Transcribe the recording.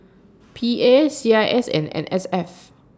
P A C I S and N S F